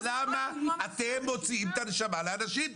אז למה אתם מוציאים את הנשמה לאנשים,